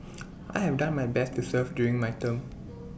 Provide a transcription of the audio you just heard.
I have done my best to serve during my term